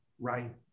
Right